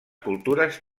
cultures